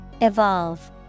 Evolve